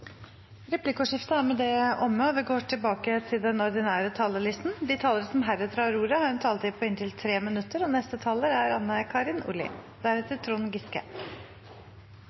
Replikkordskiftet er omme. De talere som heretter får ordet, har en taletid på inntil 3 minutter. Det er